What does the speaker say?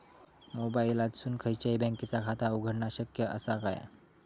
मोबाईलातसून खयच्याई बँकेचा खाता उघडणा शक्य असा काय?